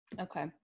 okay